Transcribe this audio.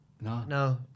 No